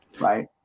Right